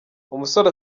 umusore